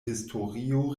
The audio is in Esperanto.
historio